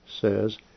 says